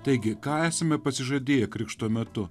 taigi ką esame pasižadėję krikšto metu